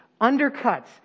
undercuts